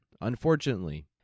unfortunately